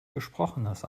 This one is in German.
gesprochenes